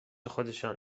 خودشان